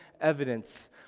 evidence